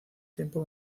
tiempo